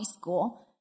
school